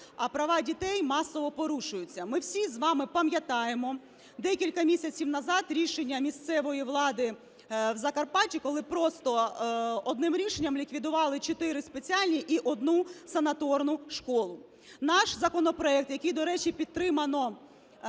а права дітей масово порушуються. Ми всі з вами пам'ятаємо, декілька місяців назад рішення місцевої влади в Закарпатті, коли просто одним рішенням ліквідували 4 спеціальні і 1 санаторну школу. Наш законопроект, який, до речі, підтримано